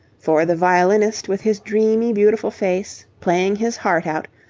for the violinist with his dreamy beautiful face, playing his heart out,